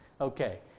Okay